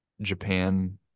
Japan